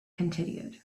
continued